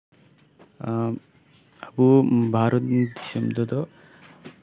ᱮᱸᱫ ᱟᱵᱚ ᱵᱷᱟᱨᱚᱛ ᱫᱤᱥᱚᱢ ᱨᱮᱫᱚ